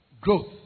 growth